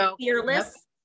Fearless